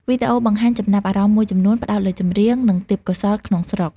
វីដេអូបង្ហាញចំណាប់អារម្មណ៍មួយចំនួនផ្ដោតលើចម្រៀង និងទេពកោសល្យក្នុងស្រុក។